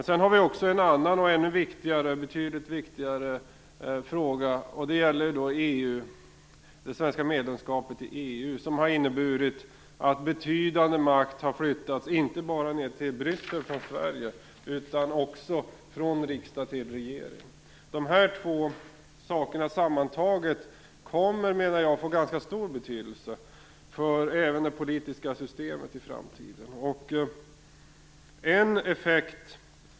Sedan har vi också en annan och betydligt viktigare fråga. Det gäller det svenska medlemskapet i EU, som har inneburit att betydande makt har flyttats inte bara ned till Bryssel från Sverige utan också från riksdag till regering. Dessa två saker sammantaget kommer, menar jag, att få ganska stor betydelse även för det politiska systemet i framtiden.